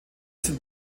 sind